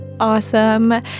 awesome